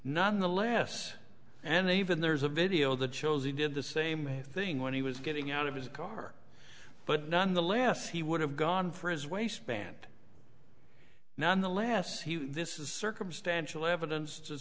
nonetheless and even there's a video that shows he did the same thing when he was getting out of his car but none the less he would have gone for his waistband none the less he this is circumstantial evidence to